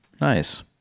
Nice